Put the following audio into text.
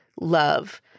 love